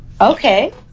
Okay